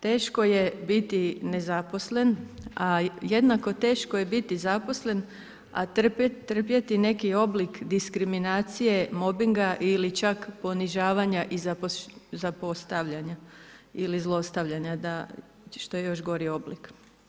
Teško je biti nezaposlen, a jednako teško je biti zaposlen, a trpjeti neki oblik diskriminacije mobinga ili čak ponižavanja i zapostavljanja ili zlostavljanja što je još gori oblik.